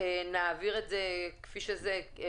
נוסע בתחבורה יבשתית כאמור בתקנת משנה (א),